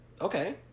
okay